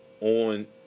on